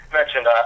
mentioned